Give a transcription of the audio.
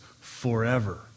forever